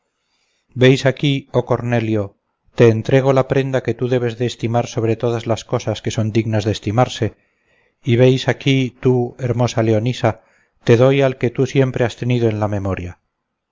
veis aquí oh cornelio te entrego la prenda que tú debes de estimar sobre todas las cosas que son dignas de estimarse y veis aquí tú hermosa leonisa te doy al que tú siempre has tenido en la memoria